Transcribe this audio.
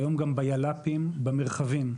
והיום גם ביל"פים במרחבים,